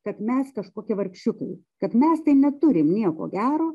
kad mes kažkokie vargšiukai kad mes neturim nieko gero